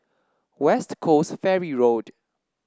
West Coast Ferry Road